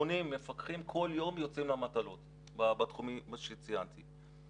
80 מפקחים כל יום יוצאים למטלות במה שציינתי.